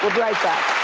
right back.